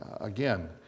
Again